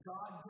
God